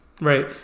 right